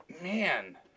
Man